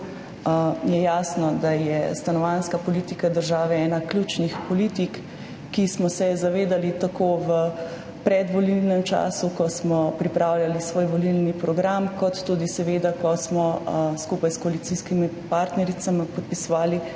je jasno, da je stanovanjska politika države ena ključnih politik, ki smo se je zavedali tako v predvolilnem času, ko smo pripravljali svoj volilni program, kot tudi, seveda, ko smo skupaj s koalicijskimi partnericami podpisovali